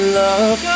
love